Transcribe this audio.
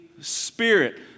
spirit